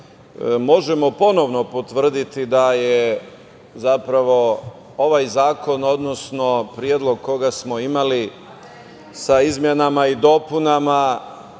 možemo ponovo potvrditi da je ovaj zakon, odnosno predlog koji smo imali, sa izmenama i dopunama,